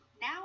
Now